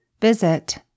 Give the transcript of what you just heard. Visit